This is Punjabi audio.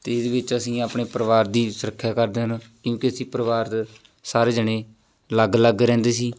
ਅਤੇ ਇਹਦੇ ਵਿੱਚ ਅਸੀਂ ਆਪਣੇ ਪਰਿਵਾਰ ਦੀ ਸੁਰੱਖਿਆ ਕਰਦੇ ਹਨ ਕਿਉਂਕਿ ਅਸੀਂ ਪਰਿਵਾਰ ਦੇ ਸਾਰੇ ਜਾਣੇ ਅਲੱਗ ਅਲੱਗ ਰਹਿੰਦੇ ਸੀ